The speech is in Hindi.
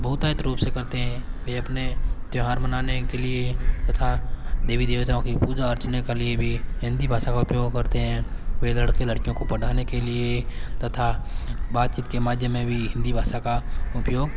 बहुतायत रूप से करते हैं वे अपने त्यौहार मनाने के लिए तथा देवी देवताओं की पूजा अर्चना का लिए भी हिंदी भाषा का उपयोग करते हैं वे लड़के लड़कियों को पढ़ाने के लिए तथा बातचीत के माध्यम में भी हिंदी भाषा का उपयोग